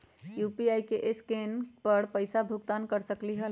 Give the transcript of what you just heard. UPI से scan कर पईसा भुगतान कर सकलीहल?